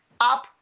up